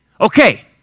okay